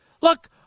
look